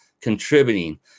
contributing